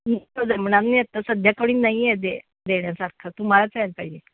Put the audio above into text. तसं जमणार नाही आहे आता सध्या कुणी नाही आहे दे देण्यासारखं तुम्हालाच यायला पाहिजे